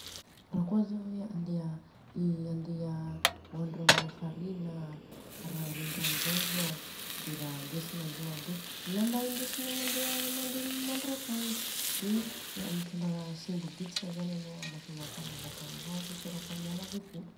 Rakôa zô hoe andeha, iiiiandeha oandro amina farihy na renirano zany zô an de ra indesina zô an de lamba indesinô an mandeha mande mandro akagny, De mitondra sembo bitika zany anô an amafanô vatagnanô rehefaa miala avekeo.